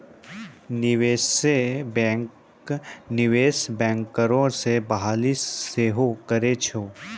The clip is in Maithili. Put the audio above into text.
निवेशे बैंक, निवेश बैंकरो के बहाली सेहो करै छै